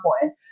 point